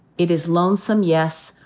it is lonesome, yes,